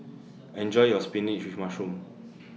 Enjoy your Spinach with Mushroom